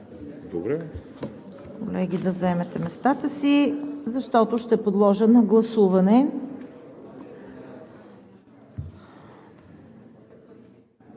Добре.